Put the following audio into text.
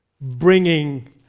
bringing